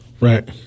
right